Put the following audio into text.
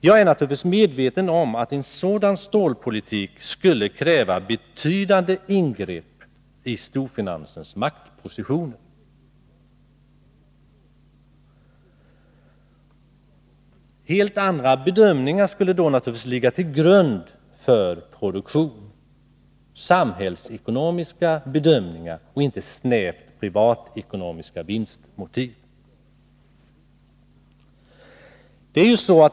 Jag är naturligtvis medveten om att en sådan stålpolitik skulle kräva betydande ingrepp i storfinansens maktpositioner. Då skulle naturligtvis helt andra bedömningar ligga till grund för produktionen, samhällsekonomiska bedömningar och inte snävt privatekonomiska vinstmotiv.